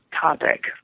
topic